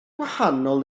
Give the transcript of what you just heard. gwahanol